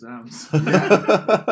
exams